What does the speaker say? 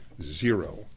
Zero